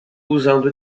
usando